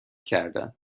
کردند